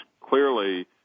clearly